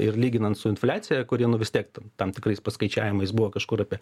ir lyginant su infliacija kuri nu vis tiek ta tam tikrais paskaičiavimais buvo kažkur apie